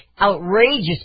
outrageous